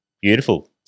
beautiful